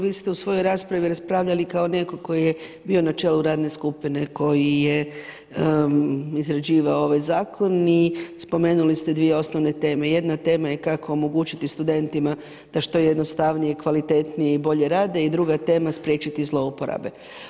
Vi ste u svojoj raspravi raspravljali kao netko tko je bio na čelu radne skupine, koji je izrađivao ovaj zakon i spomenuli ste dvije osnovne teme, jedna tema je kako omogućiti studentima da što jednostavnije, kvalitetnije i bolje rade i druga tema spriječiti zlouporabe.